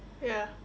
ya